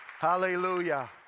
Hallelujah